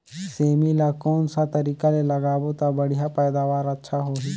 सेमी ला कोन सा तरीका ले लगाबो ता बढ़िया पैदावार अच्छा होही?